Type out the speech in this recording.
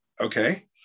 Okay